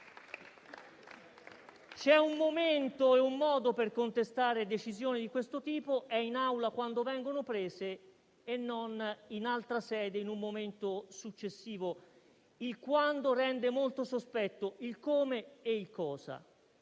C'è un momento e un modo per contestare decisioni di questo tipo: è in Aula quando vengono prese e non in altra sede, in un momento successivo. Il quando rende molto sospetto il come e il cosa